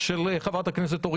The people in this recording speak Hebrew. לכל הפחות.